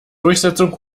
durchsetzung